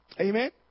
Amen